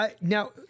now